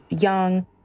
young